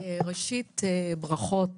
ראשית, ברכות